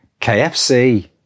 KFC